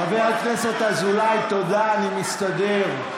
חבר הכנסת אזולאי, תודה, אני מסתדר.